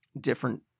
different